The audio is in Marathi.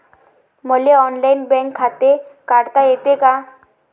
मले ऑनलाईन बँक खाते काढता येते का?